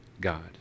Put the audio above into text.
God